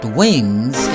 wings